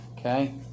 Okay